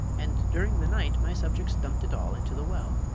and during the night my subjects dumped it all into the well.